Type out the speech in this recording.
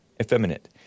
effeminate